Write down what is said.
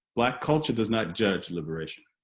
black culture does not judge liberation